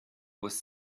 was